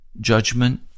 judgment